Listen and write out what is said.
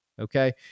Okay